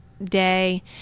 day